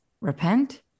repent